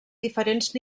diferents